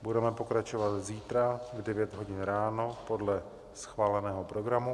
Budeme pokračovat zítra v 9 hodin ráno podle schváleného programu.